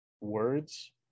words